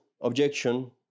objection